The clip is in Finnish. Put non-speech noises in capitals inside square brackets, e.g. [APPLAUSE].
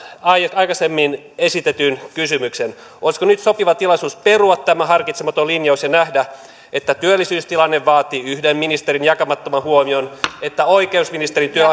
aikaisemmin esitetyn kysymyksen olisiko nyt sopiva tilaisuus perua tämä harkitsematon linjaus ja nähdä että työllisyystilanne vaatii yhden ministerin jakamattoman huomion että oikeusministerin työ [UNINTELLIGIBLE]